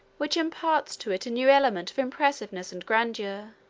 which imparts to it a new element of impressiveness and grandeur.